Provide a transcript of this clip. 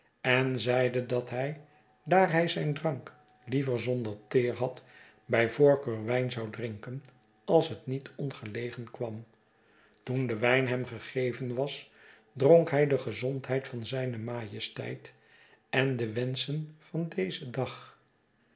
en zeide dat hij daar hij zijn drank liever zonder teer had bij voorkeur wijn zou drinken als het niet ongelegen kwam toen de wijn hem gegeven was dronk hij de gezondheid van zijne majesteit en de wenschen van dezen dag